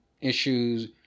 issues